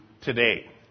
today